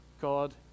God